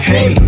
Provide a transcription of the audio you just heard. Hey